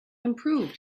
improved